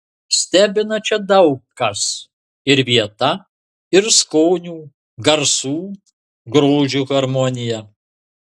stebina čia daug kas ir vieta ir skonių garsų grožio harmonija